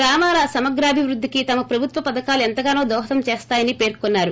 గ్రామాల సమగ్రాభివృద్దికి తమ ప్రభుత్వ పధకాలు ఎంతగానో దోహదం చేస్తాయని పేర్కున్నారు